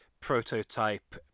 Prototype